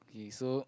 okay so